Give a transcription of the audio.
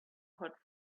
hot